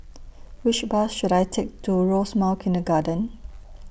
Which Bus should I Take to Rosemount Kindergarten